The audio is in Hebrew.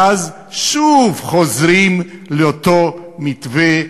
ואז שוב חוזרים לאותו מתווה,